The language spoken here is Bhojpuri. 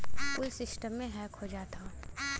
कुल सिस्टमे हैक हो जात हौ